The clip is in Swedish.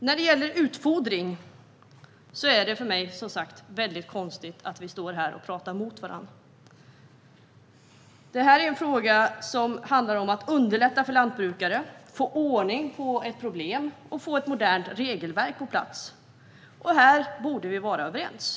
När det gäller utfodring är det för mig väldigt konstigt att vi står här och pratar emot varandra. Det här är en fråga som handlar om att underlätta för lantbrukare, få ordning på ett problem och få ett modernt regelverk på plats. Här borde vi vara överens.